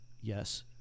yes